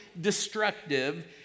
destructive